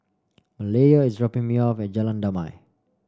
Malaya is dropping me off at Jalan Damai